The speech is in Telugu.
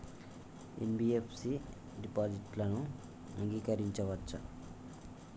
ఎన్.బి.ఎఫ్.సి డిపాజిట్లను అంగీకరించవచ్చా?